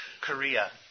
Korea